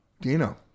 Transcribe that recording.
Dino